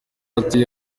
ati